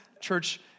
church